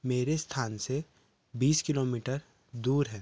मेरे स्थान से बीस किलोमीटर दूर हैं